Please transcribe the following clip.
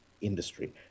industry